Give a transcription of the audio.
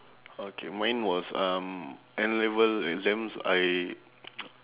okay mine was um N-level exams I